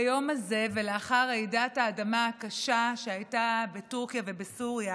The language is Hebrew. ביום הזה ולאחר רעידת האדמה הקשה שהייתה בטורקיה ובסוריה,